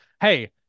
Hey